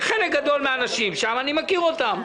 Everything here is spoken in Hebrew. חלק גדול מן האנשים שם אני מכיר אותם.